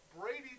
Brady